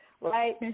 right